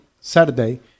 Saturday